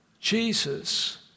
Jesus